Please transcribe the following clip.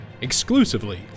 exclusively